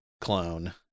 clone